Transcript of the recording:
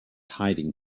hiding